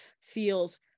feels